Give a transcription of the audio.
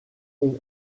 ont